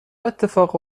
اتفاق